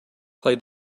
play